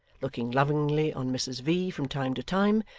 looking lovingly on mrs v, from time to time,